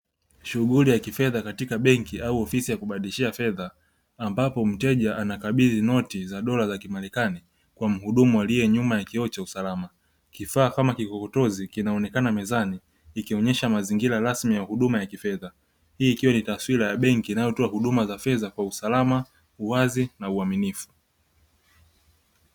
Shughuli ya kifedha katika benki au sehemu ya kubadilishia fedha, ambapo mteja anakabidhi noti za dora za marekani kwa muhudumu aliyenyuma ya kioo cha usalama, kifaa kama kikokotozi kinaonekana mezani kikionyesha mazingira rasmi ya huduma ya kifedha; ikiwa ni taswira ya benki inayotoa huduma za fedha kwa usalama, uwazi na uaminifu.